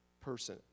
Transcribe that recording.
person